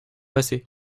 passé